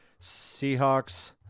Seahawks